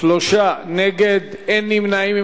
שלושה נגד, אין נמנעים.